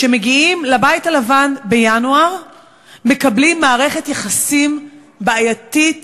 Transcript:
שמגיע לבית הלבן בינואר מקבל מערכת יחסים בעייתית,